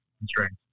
constraints